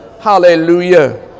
hallelujah